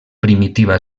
primitiva